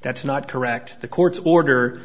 that's not correct the court's order